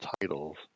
titles